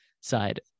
side